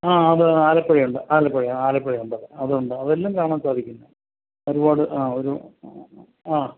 ആ അത് ആലപ്പുഴയുണ്ട് ആലപ്പുഴ ആലപ്പുഴയുണ്ട് അതുണ്ട് അതെല്ലാം കാണാൻ സാധിക്കും അതുപോലെ ആ ഒരു ആ